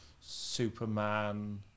Superman